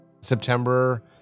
September